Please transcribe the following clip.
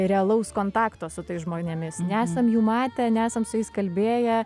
realaus kontakto su tais žmonėmis nesam jų matę nesam su jais kalbėję